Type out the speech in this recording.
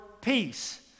peace